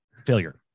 Failure